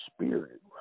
spirit